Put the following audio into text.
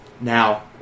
Now